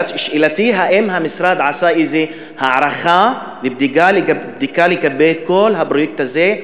שאלתי: האם המשרד עשה איזה הערכה ובדיקה לגבי כל הפרויקט הזה,